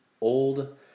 old